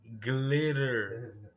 glitter